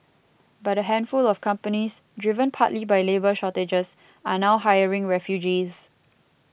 but a handful of companies driven partly by labour shortages are now hiring refugees